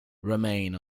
remain